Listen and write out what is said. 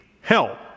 help